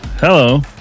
Hello